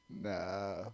Nah